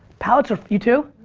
palette's are, you too?